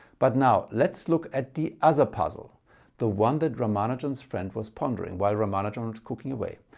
but now let's look at the other puzzle the one that ramanujan's friend was pondering while ramanujan is cooking away.